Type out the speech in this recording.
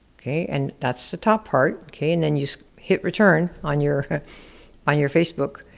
okay? and that's the top part, okay and then you just hit return on your on your facebook.